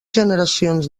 generacions